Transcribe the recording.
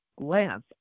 glance